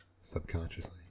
Subconsciously